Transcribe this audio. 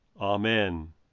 Amen